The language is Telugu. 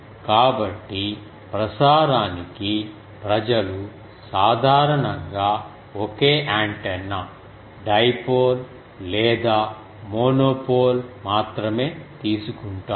కాబట్టి ప్రసారానికి ప్రజలు సాధారణంగా ఒకే యాంటెన్నా డైపోల్ లేదా మోనోపోల్ మాత్రమే తీసుకుంటారు